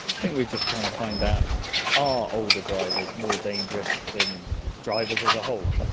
think we are just trying to find out are older drivers more dangerous than drivers as a whole.